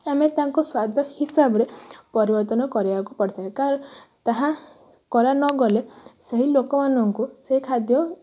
ଆମେ ତାଙ୍କ ସ୍ୱାଦ ହିସାବରେ ପରିବର୍ତ୍ତନ କରିବାକୁ ପଡ଼ିଥାଏ କାହାର ତାହା କରା ନ ଗଲେ ସେହି ଲୋକମାନଙ୍କୁ ସେହି ଖାଦ୍ୟ